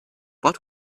but